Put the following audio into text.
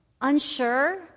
Unsure